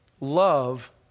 love